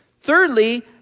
Thirdly